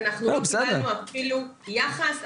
לא קיבלנו אפילו יחס.